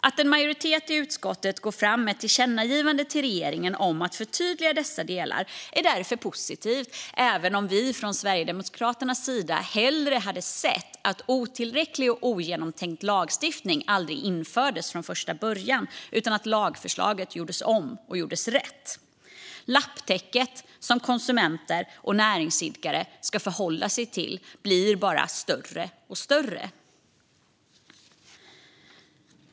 Att en majoritet i utskottet går fram med ett tillkännagivande till regeringen om att förtydliga dessa delar är därför positivt, även om vi från Sverigedemokraternas sida hellre hade sett att otillräcklig och ogenomtänkt lagstiftning aldrig infördes från första början utan att lagförslaget gjordes om och gjordes rätt. Lapptäcket som konsumenter och näringsidkare ska förhålla sig till blir bara större och större.